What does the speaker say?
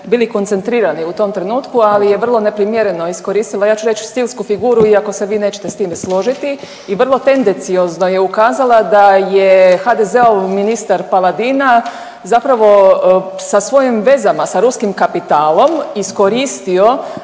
bili koncentrirani u tom trenutku, ali je vrlo neprimjereno iskoristila, ja ću reć stilsku figuru iako se vi nećete s time složiti i vrlo tendenciozno je ukazala da je HDZ-ov ministar Paladina zapravo sa svojim vezama, sa ruskim kapitalom iskoristio